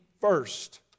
first